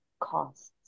costs